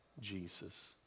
Jesus